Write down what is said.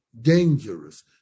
dangerous